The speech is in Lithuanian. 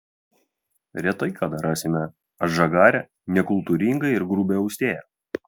retai kada rasime atžagarią nekultūringą ir grubią austėją